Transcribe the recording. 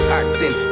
acting